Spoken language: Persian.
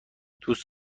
دوست